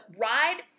ride